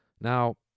Now